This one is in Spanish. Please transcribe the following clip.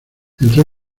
entró